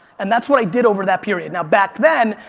and that's what i did over that period. now back then,